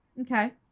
Okay